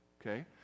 okay